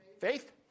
faith